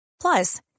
Plus